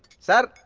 sir?